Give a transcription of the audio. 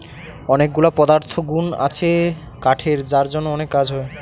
অনেকগুলা পদার্থগুন আছে কাঠের যার জন্য অনেক কাজ হয়